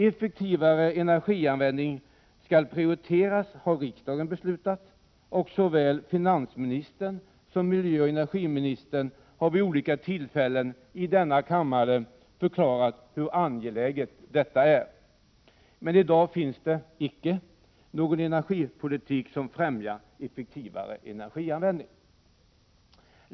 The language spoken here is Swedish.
Effektivare energianvändning skall prioriteras, har riksdagen beslutat, och såväl finansministern som miljöoch energiministern har vid olika tillfällen i denna kammare förklarat hur angeläget detta är. Men i dag finns det icke någon energipolitik som främjar effektivare energianvändning.